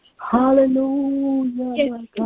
Hallelujah